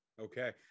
Okay